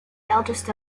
eldest